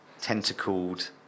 tentacled